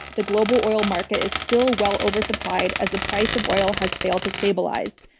the global oil market is still well oversupplied as the price of oil has failed to stabilize.